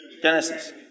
Genesis